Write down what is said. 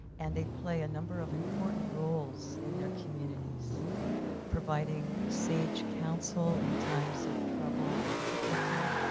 and they play a number of important roles in their communities providing sage counsel in times of trouble and difficulty.